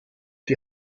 die